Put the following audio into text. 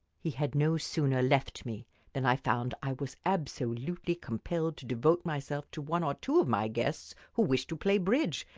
he had no sooner left me than i found i was absolutely compelled to devote myself to one or two of my guests who wished to play bridge,